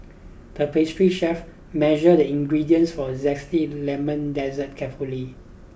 the pastry chef measured the ingredients for a zesty lemon dessert carefully